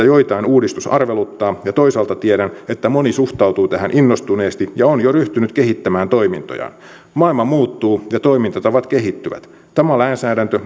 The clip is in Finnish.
joitain uudistus arveluttaa ja toisaalta tiedän että moni suhtautuu tähän innostuneesti ja on jo ryhtynyt kehittämään toimintojaan maailma muuttuu ja toimintatavat kehittyvät tämä lainsäädäntö